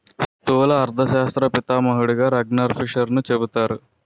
స్థూల అర్థశాస్త్ర పితామహుడుగా రగ్నార్ఫిషర్ను చెబుతారు